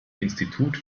institut